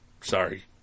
Sorry